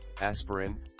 Aspirin